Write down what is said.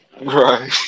Right